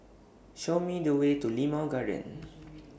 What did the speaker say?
Show Me The Way to Limau Garden